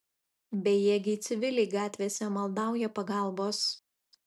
bejėgiai civiliai gatvėse maldauja pagalbos